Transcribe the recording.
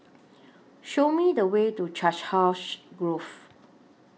Show Me The Way to Chiselhurst Grove